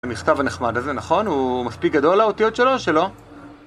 המכתב הנחמד הזה, נכון? הוא מספיק גדול לאותיות שלו, או שלא?